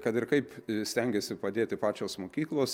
kad ir kaip stengėsi padėti pačios mokyklos